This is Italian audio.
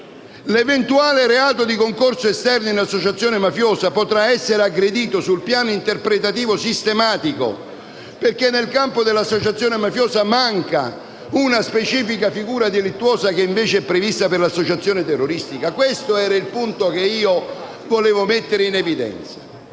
l'eventuale reato di concorso esterno in associazione mafiosa potrà essere aggredito sul piano interpretativo-sistematico, perché nel campo dell'associazione mafiosa manca una specifica figura delittuosa che invece è prevista per l'associazione terroristica. È questo il punto che volevo mettere in evidenza.